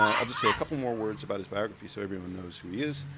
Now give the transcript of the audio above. um i'll just say a couple more words about his biography so everyone knows who he is.